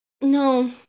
no